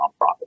nonprofit